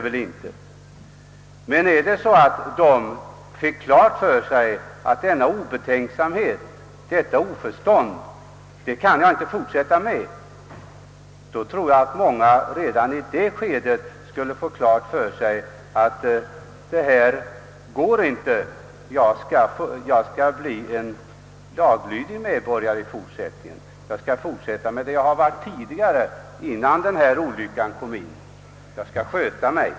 Och om en sådan lagöverträdare får klart för sig att han inte kan fortsätta med denna obetänksamhet, så tror jag att han ofta säger sig redan i det skedet: Jag måste bli en laglydig medborgare och fortsätta så som jag var tidigare, innan denna olycka skedde; jag måste sköta mig.